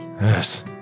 Yes